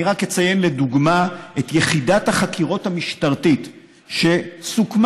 אני רק אציין לדוגמה את יחידת החקירות המשטרתית שסוכמה,